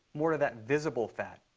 more of that visible fat.